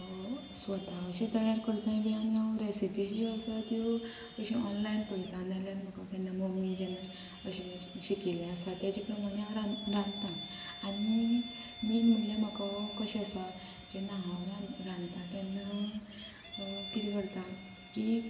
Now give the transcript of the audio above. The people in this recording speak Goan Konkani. स्वता अशें तयार करतांय बी आनी हांव रेसिपीज ज्यो आसा त्यो अश्यो ऑनलायन पळयतां ना जाल्यार म्हाका केन्ना मम्मी जेन्ना अशे शिकिल्ले आसा तेजे प्रमाणे हांव रान रांदता आनी मेन म्हणल्यार म्हाका कशें आसा जेन्ना हांव रांद रांदता तेन्ना कितें करता की